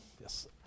yes